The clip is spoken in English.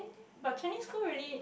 but Chinese school really